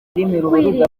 inzira